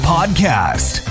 Podcast